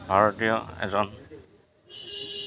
ভাৰতীয় এজন